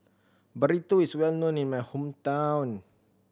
Burrito is well known in my hometown